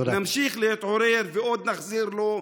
נמשיך להתעורר ועוד נחזיר לו.